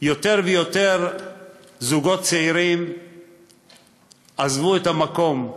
יותר ויותר זוגות צעירים עזבו את המקום.